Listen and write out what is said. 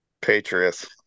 Patriots